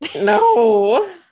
No